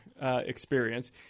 experience